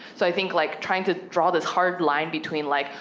so i think like trying to draw this hard line between like,